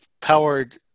powered